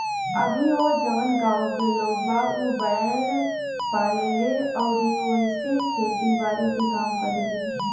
अभीओ जवन गाँव के लोग बा उ बैंल पाले ले अउरी ओइसे खेती बारी के काम करेलें